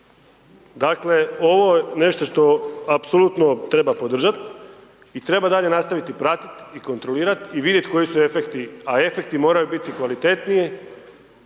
Dakle, ovo je nešto što apsolutno treba podržat, i treba dalje nastaviti pratit, i kontrolirat, i vidjet koji su efekti, a efekti moraju biti kvalitetniji,